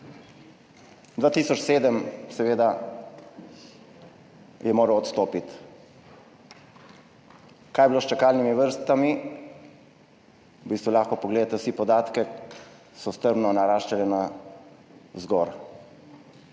2007 seveda je moral odstopiti. Kaj je bilo s čakalnimi vrstami? V bistvu lahko pogledate si podatke, so strmo naraščale navzgor.